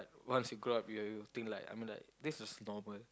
once you grow up you will you will think like I mean like this is normal